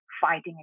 fighting